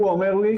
הוא אומר לי,